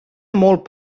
molt